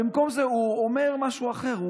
במקום זה הוא אומר משהו אחר.